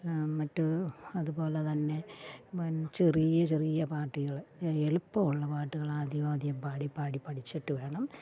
മറ്റു അതു പോലെ തന്നെ വൻ ചെറിയ ചെറിയ പാട്ടുകൾ എളുപ്പമുള്ള പാട്ടുകൾ ആദ്യം ആദ്യം പാടി പാടി പഠിച്ചിട്ട് വേണം